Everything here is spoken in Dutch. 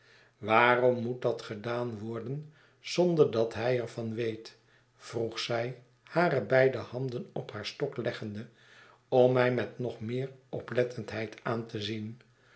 waarom moet dat gedaan worden zonder dat hij er van weet vroeg zij hare beide handen op haar stok leggende om mij met nog meer oplettendheid aan te zien